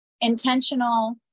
intentional